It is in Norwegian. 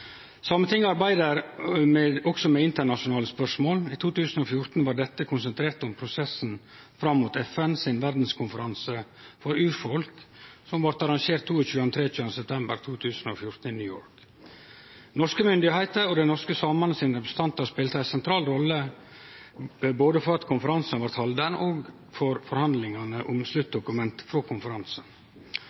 Sametinget arbeider òg med internasjonale spørsmål. I 2014 var dette konsentrert om prosessen fram mot FN sin verdskonferanse for urfolk, som blei arrangert 22.–23. september 2014 i New York. Norske myndigheiter og dei norske samane sine representantar spelte ei sentral rolle både for at konferansen blei halden, og i forhandlingane om sluttdokumentet frå konferansen.